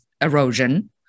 erosion